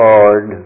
Lord